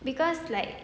cause like